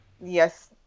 yes